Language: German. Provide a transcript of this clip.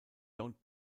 don’t